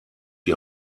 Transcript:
die